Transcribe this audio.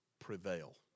prevail